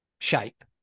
shape